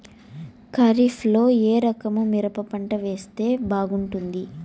ఖరీఫ్ లో ఏ రకము మిరప పంట వేస్తే బాగుంటుంది